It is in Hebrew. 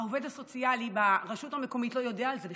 העובד הסוציאלי ברשות המקומית לא יודע על זה בכלל.